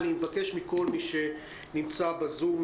אני מבקש מכל מי שנמצא בזום,